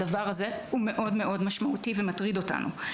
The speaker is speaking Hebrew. הדבר הזה הוא מאוד מאוד משמעותי ומטריד אותנו.